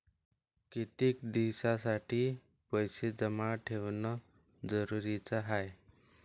कितीक दिसासाठी पैसे जमा ठेवणं जरुरीच हाय?